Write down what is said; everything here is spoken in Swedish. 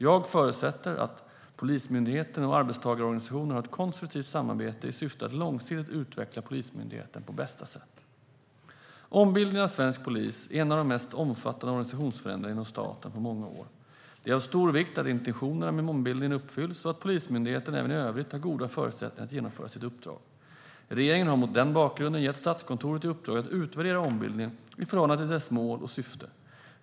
Jag förutsätter att Polismyndigheten och arbetstagarorganisationerna har ett konstruktivt samarbete i syfte att långsiktigt utveckla Polismyndigheten på bästa sätt. Ombildningen av svensk polis är en av de mest omfattande organisationsförändringarna inom staten på många år. Det är av stor vikt att intentionerna med ombildningen uppfylls och att Polismyndigheten även i övrigt har goda förutsättningar att genomföra sitt uppdrag. Regeringen har mot den bakgrunden gett Statskontoret i uppdrag att utvärdera ombildningen i förhållande till dess mål och syfte.